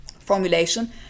formulation